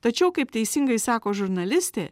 tačiau kaip teisingai sako žurnalistė